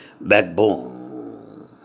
backbone